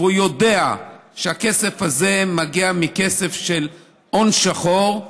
והוא יודע שהכסף הזה מגיע מכסף של הון שחור,